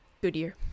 Goodyear